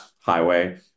highway